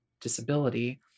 disability